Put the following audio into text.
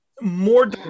more